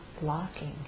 blocking